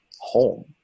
home